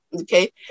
Okay